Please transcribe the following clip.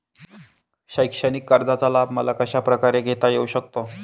शैक्षणिक कर्जाचा लाभ मला कशाप्रकारे घेता येऊ शकतो?